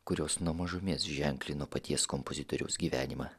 kurios nuo mažumės ženklino paties kompozitoriaus gyvenimą